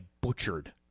butchered